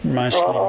mostly